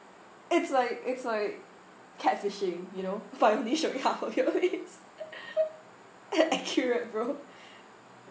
it's like it's like catfishing you know finally showing half of your face accurate bro